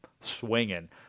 swinging